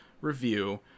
review